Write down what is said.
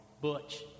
Butch